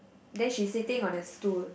then she's sitting on a stool